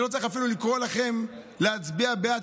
אני אפילו לא צריך לקרוא לכם להצביע בעד,